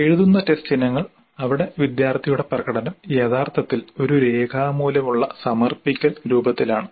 എഴുത്തുന്ന test ഇനങ്ങൾ അവിടെ വിദ്യാർത്ഥിയുടെ പ്രകടനം യഥാർത്ഥത്തിൽ ഒരു രേഖാമൂലമുള്ള സമർപ്പിക്കൽ രൂപത്തിലാണ്